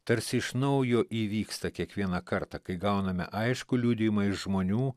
tarsi iš naujo įvyksta kiekvieną kartą kai gauname aiškų liudijimą iš žmonių